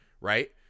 right